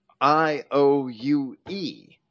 I-O-U-E